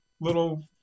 little